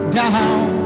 down